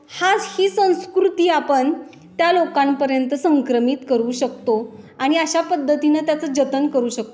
हाच ही संस्कृती आपण त्या लोकांपर्यंत संक्रमित करू शकतो आणि अशा पद्धतीनं त्याचं जतन करू शकतो